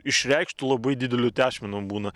išreikštu labai dideliu tešmenu būna